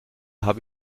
habe